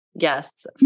Yes